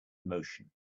motion